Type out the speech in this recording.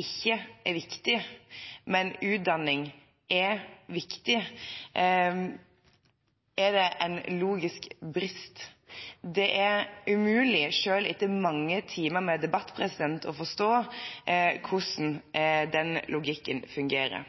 ikke er viktig, men utdanning er viktig, er det en logisk brist. Det er umulig, selv etter mange timer med debatt, å forstå hvordan den logikken fungerer.